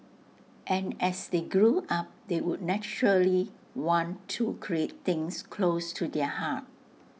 and as they grew up they would naturally want to create things close to their heart